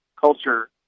culture